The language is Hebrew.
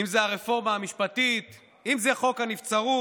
אם זה הרפורמה המשפטית, אם זה חוק הנבצרות